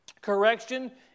Correction